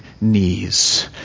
knees